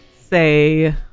say